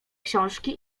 książki